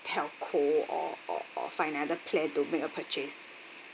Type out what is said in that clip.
telco or or or find another plan to make a purchase